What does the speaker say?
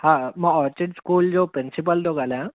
हा मां orchid school जो प्रिंसिपल थो ॻाल्हायां